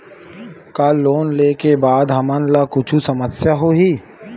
का लोन ले के बाद हमन ला कुछु समस्या होही?